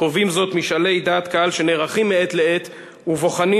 קובעים זאת משאלי דעת קהל שנערכים מעת לעת ובוחנים